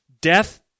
Death